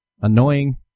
annoying